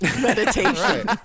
meditation